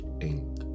ink